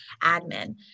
admin